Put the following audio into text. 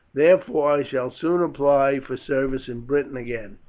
therefore i shall soon apply for service in britain again.